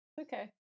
Okay